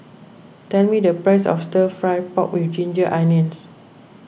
tell me the price of Stir Fry Pork with Ginger Onions